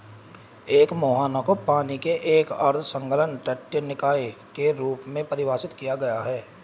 एक मुहाना को पानी के एक अर्ध संलग्न तटीय निकाय के रूप में परिभाषित किया गया है